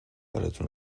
براتون